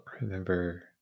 remember